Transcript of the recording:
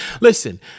Listen